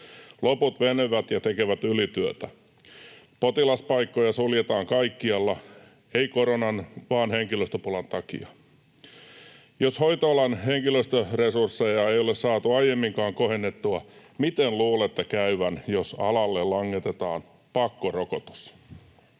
Loput venyvät ja tekevät ylityötä. Potilaspaikkoja suljetaan kaikkialla — ei koronan vaan henkilöstöpulan takia. Jos hoitoalan henkilöstöresursseja ei ole saatu aiemminkaan kohennettua, miten luulette käyvän, jos alalle langetetaan pakkorokotus?